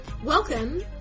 Welcome